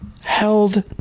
held